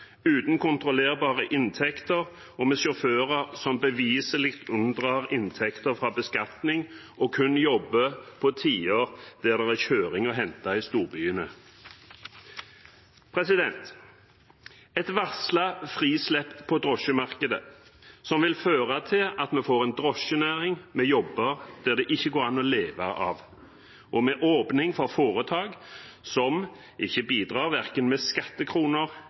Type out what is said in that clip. uten kontrollerbare inntekter og med sjåfører som beviselig unndrar inntekter fra beskatning og kun jobber på tider det er kjøring å hente i storbyene. Det er et varslet frislipp på drosjemarkedet som vil føre til at vi vil få en drosjenæring med jobber det ikke går an å leve av, og med åpning for foretak som ikke bidrar verken med skattekroner